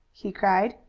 he cried,